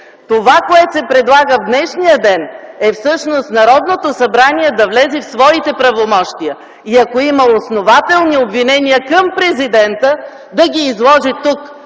Това, което се предлага в днешния ден, е всъщност Народното събрание да влезе в своите правомощия и ако има основателни обвинения към президента, да ги изложи тук,